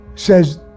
says